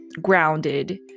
grounded